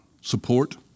support